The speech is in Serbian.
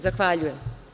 Zahvaljujem.